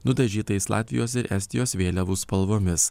nudažytais latvijos ir estijos vėliavų spalvomis